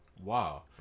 Wow